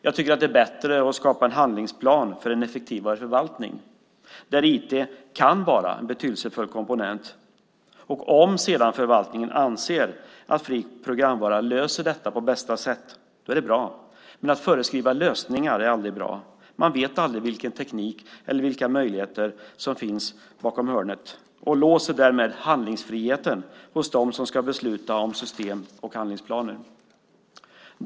Jag tycker att det är bättre att skapa en handlingsplan för en effektivare förvaltning där IT kan vara en betydelsefull komponent. Om förvaltningen sedan anser att fri programvara löser detta på bästa sätt är det bra, men att föreskriva lösningar är aldrig bra. Man vet aldrig vilken teknik eller vilka möjligheter som finns bakom hörnet och låser därmed handlingsfriheten för dem som ska besluta om system och handlingsplaner.